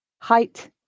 Height